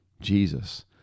Jesus